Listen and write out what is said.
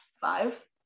five